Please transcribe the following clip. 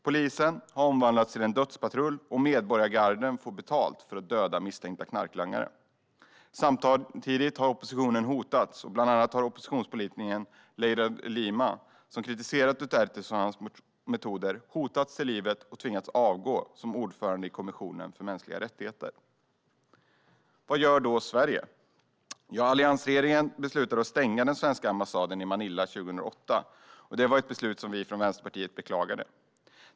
Polisen har omvandlats till en dödspatrull, och medborgargarden har fått betalt för att döda misstänkta knarklangare. Samtidigt har oppositionen hotats; bland annat har oppositionspolitikern Leila de Lima, som kritiserat Duterte och hans metoder, hotats till livet och tvingats avgå som ordförande i kommissionen för mänskliga rättigheter. Vad gör då Sverige? Ja, alliansregeringen beslutade sig för att stänga den svenska ambassaden i Manila 2008. Det var ett beslut vi från Vänsterpartiet beklagade.